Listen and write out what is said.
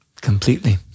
Completely